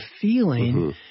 feeling